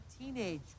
Teenage